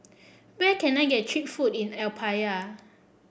where can I get cheap food in Apia